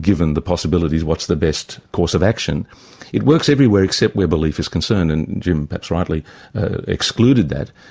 given the possibilities what's the best course of action' it works everywhere except where belief is concerned, and jim perhaps rightly excluded that,